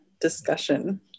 discussion